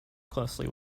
closely